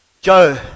Joe